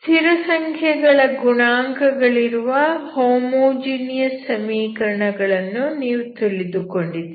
ಸ್ಥಿರಸಂಖ್ಯೆಗಳ ಗುಣಾಂಕಗಳಿರುವ ಹೋಮೋಜೀನಿಯಸ್ ಸಮೀಕರಣ ಗಳನ್ನು ನೀವು ತಿಳಿದುಕೊಂಡಿದ್ದೀರಿ